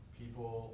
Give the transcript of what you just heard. people